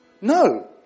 No